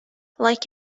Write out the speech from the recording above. like